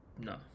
No